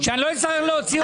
שאני לא אצטרך להוציא אותך.